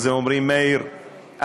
הם אומרים: מאיר,